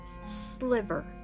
sliver